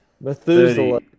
Methuselah